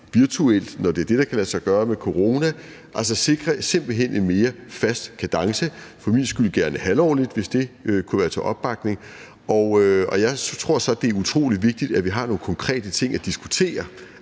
virtuelt, når det er det, der kan lade sig gøre med corona, og altså simpelt hen sikre en mere fast kadence – for min skyld gerne halvårligt, hvis der kunne være opbakning til det. Jeg tror så, det er utrolig vigtigt, at vi har nogle konkrete ting at diskutere,